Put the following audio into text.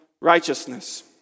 righteousness